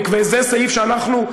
זה סעיף שאנחנו,